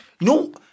No